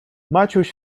maciuś